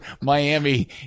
Miami